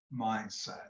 mindset